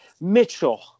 Mitchell